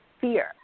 fear